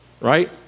right